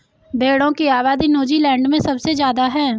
भेड़ों की आबादी नूज़ीलैण्ड में सबसे ज्यादा है